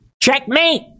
Checkmate